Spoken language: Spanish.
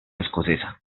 escocesa